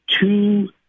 two